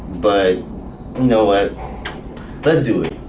but no, it does do it.